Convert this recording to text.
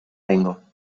vengo